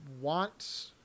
want